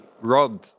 Rod